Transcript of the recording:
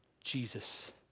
Jesus